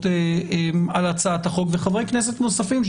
על הצעת החוק וחברי כנסת נוספים,